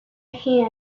her